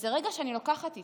זה רגע שאני לוקחת איתי.